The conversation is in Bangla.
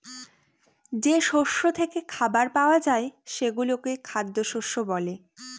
যে শস্য থেকে খাবার পাওয়া যায় সেগুলোকে খ্যাদ্যশস্য বলে